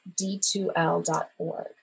d2l.org